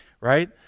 right